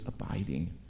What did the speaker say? abiding